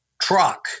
truck